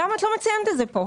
למה את לא מציינת את זה פה?